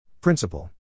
Principle